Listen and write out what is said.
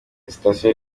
sitasiyo